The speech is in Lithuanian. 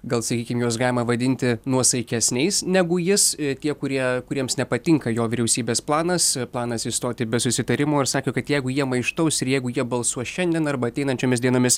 gal sakykim juos galima vadinti nuosaikesniais negu jis tie kurie kuriems nepatinka jo vyriausybės planas planas išstoti be susitarimo ir sakė kad jeigu jie maištaus ir jeigu jie balsuos šiandien arba ateinančiomis dienomis